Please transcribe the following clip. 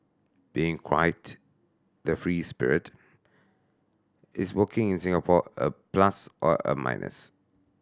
being quite the free spirit is working in Singapore a plus or a minus